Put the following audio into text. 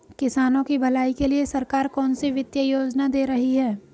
किसानों की भलाई के लिए सरकार कौनसी वित्तीय योजना दे रही है?